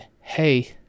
hey